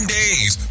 days